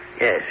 Yes